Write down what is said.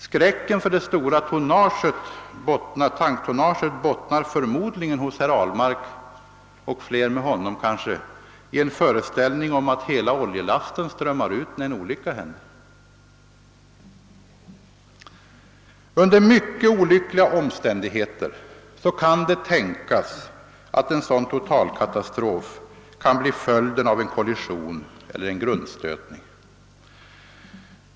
Skräcken för det stora tanktonnaget bottnar förmodligen hos herr Ahlmark, och flera med honom kanske, i en föreställning om att hela oljelasten strömmar ut när en olycka händer. Under mycket olyckliga omständigheter kan det tänkas att en sådan totalkatastrof kan bli följden av en kollision eller en grundstötning.